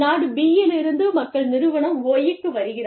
நாடு B இலிருந்து மக்கள் நிறுவனம் Y க்கு வருகிறார்கள்